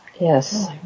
Yes